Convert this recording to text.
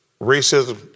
Racism